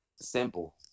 simple